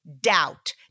doubt